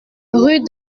rue